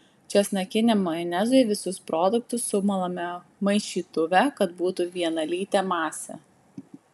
česnakiniam majonezui visus produktus sumalame maišytuve kad būtų vienalytė masė